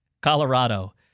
Colorado